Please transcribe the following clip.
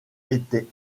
étaient